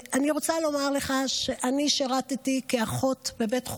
ואני רוצה לומר לך שאני שירתי כאחות בבית חולים.